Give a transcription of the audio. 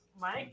Mike